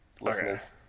listeners